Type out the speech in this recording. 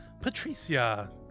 Patricia